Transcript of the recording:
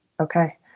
Okay